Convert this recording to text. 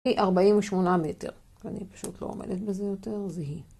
היא 48 מטר, אני פשוט לא עומדת בזה יותר, זה היא.